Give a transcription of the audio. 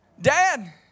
Dad